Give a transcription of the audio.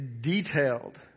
detailed